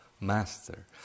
master